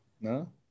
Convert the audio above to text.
No